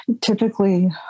typically